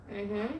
mmhmm